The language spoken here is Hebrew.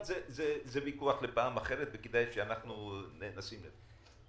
אבל זה ויכוח לפעם אחרת וכדאי שאנחנו נשים את זה על השולחן.